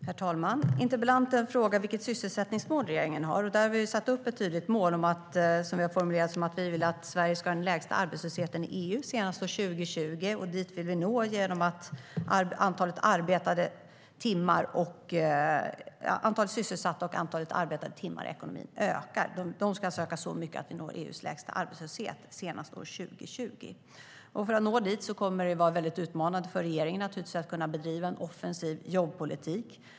Herr talman! Interpellanten frågar vilket sysselsättningsmål som regeringen har. Vi har satt upp ett tydligt mål om att vi vill att Sverige ska ha den lägsta arbetslösheten i EU senast 2020. Dit vill vi nå genom att antalet sysselsatta och arbetade timmar ökar. De ska öka så mycket att vi når EU:s lägsta arbetslöshet senast år 2020. För att nå dit kommer det att bli väldigt utmanande för regeringen att kunna bedriva en offensiv jobbpolitik.